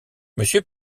monsieur